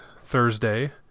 Thursday